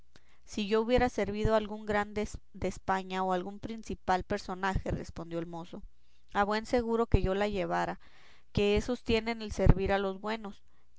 si yo hubiera servido a algún grande de españa o algún principal personaje respondió el mozo a buen seguro que yo la llevara que eso tiene el servir a los buenos